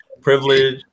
privilege